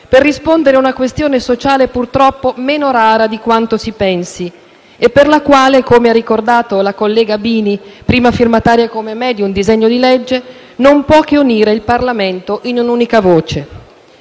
per rispondere a una questione sociale, purtroppo, meno rara di quanto si pensi e che, come ha ricordato la collega Bini, prima firmataria, come me, di un disegno di legge, non può che unire il Parlamento in un'unica voce.